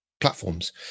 platforms